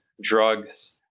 drugs